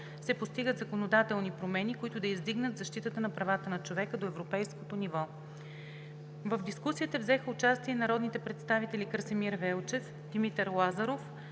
се постигат законодателни промени, които да издигнат защитата на правата на човека до европейско ниво. В дискусията взеха участие народните представители Красимир Велчев, Димитър Лазаров,